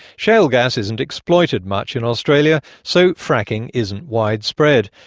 shale gas isn't exploited much in australia, so fracking isn't widespread.